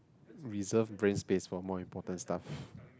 reserve brain space for more important stuff